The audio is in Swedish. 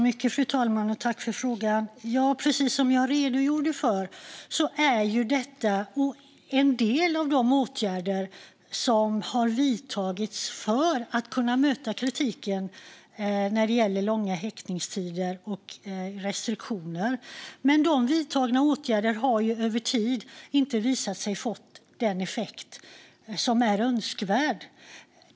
Fru talman! Jag tackar för frågan. Precis som jag redogjorde för är detta en del av de åtgärder som har vidtagits för att kunna möta kritiken mot långa häktningstider och restriktioner. Men de vidtagna åtgärderna har över tid inte visat sig få den effekt som är önskvärd.